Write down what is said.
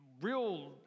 real